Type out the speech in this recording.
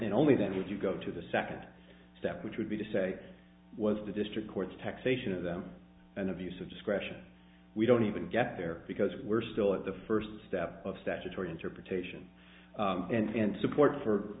and only then would you go to the second step which would be to say was the district court's taxation of them an abuse of discretion we don't even get there because we're still at the first step of statutory interpretation and support for